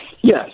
Yes